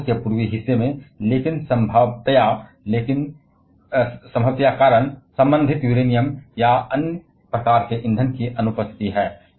या रूस के पूर्वी हिस्से में लेकिन संभवतया कारण संबंधित यूरेनियम या अन्य प्रकार के ईंधन की अनुपस्थिति है